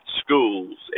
schools